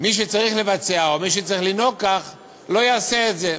מי שצריך לבצע או מי שצריך לנהוג כך לא יעשה את זה.